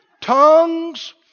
Tongues